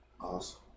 Awesome